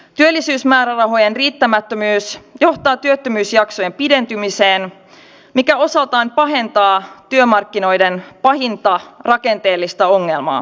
työllisyysmäärärahojen riittämättömyys johtaa työttömyysjaksojen pidentymiseen mikä osaltaan pahentaa työmarkkinoiden pahinta rakenteellista ongelmaa pitkäaikaistyöttömyyttä